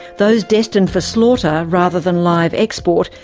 those destined for slaughter rather than live export,